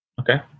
Okay